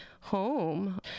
home